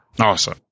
Awesome